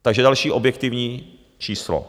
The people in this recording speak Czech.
Takže další objektivní číslo.